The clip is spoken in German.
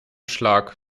schlag